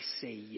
say